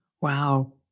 Wow